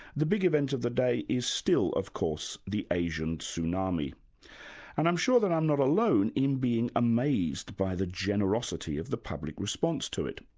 the big event of the day is still of course the asian tsunami and i'm sure that i'm not alone in being amazed by the generosity of the public response to it.